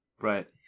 Right